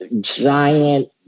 giant